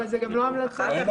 זה גם לא לוועדת כלכלה.